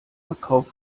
verkauf